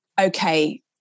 okay